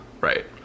Right